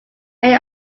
may